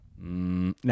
Now